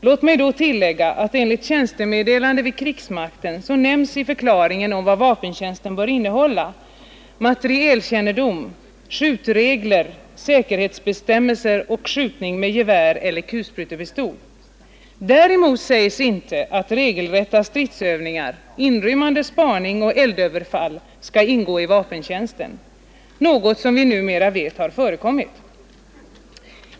Låt mig då tillägga att enligt tjänstemeddelande vid krigsmakten nämns i förklaringen om vad vapentjänsten bör innehålla materielkännedom, skjutregler, säkerhetsbestämmelser och skjutning med gevär elier kulsprutepistol. Däremot sägs inte att regelrätta stridsövningar, inrymmande spaning och eldöverfall, skall ingå i vapentjänsten, något som vi numera vet har förekommit.